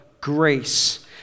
grace